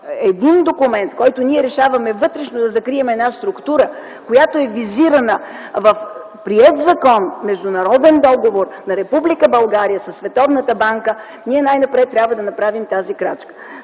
един документ, в който ние решаваме вътрешно да закрием една структура, която е визирана в приет закон – международен договор на Република България със Световната банка, най-напред трябва да направим тази крачка.